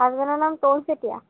হাছবেণ্ডৰ নাম তৰুণ চেতিয়া